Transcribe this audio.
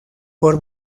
por